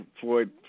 Floyd